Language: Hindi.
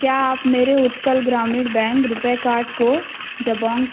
क्या आप मेरे Utkal Gramin bank RuPay card को जबौंग